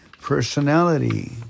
personality